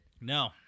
no